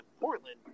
portland